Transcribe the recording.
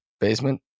basement